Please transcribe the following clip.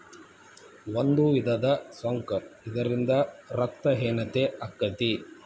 ಒಂದು ವಿಧದ ಸೊಂಕ ಇದರಿಂದ ರಕ್ತ ಹೇನತೆ ಅಕ್ಕತಿ